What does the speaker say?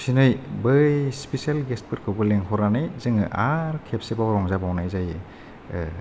फिनै बै special guest फोरखौबो लेंहरनानै जोङो आर खनसेबाव रंजाबावनाय जायो